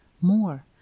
more